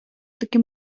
таки